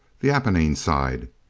the apennine side.